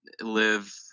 live